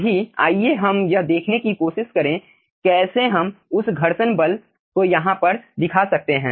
अभी आइए हम यह देखने की कोशिश करें कि कैसे हम उस घर्षण बल को यहाँ पर दिखा सकते हैं